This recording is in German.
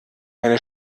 meine